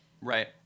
Right